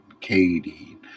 katie